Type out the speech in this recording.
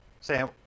Sam